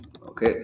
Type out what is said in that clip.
Okay